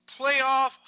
playoff